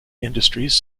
industries